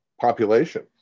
population